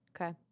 Okay